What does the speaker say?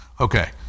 Okay